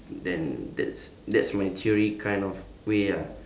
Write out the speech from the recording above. then that's that's my theory kind of way ah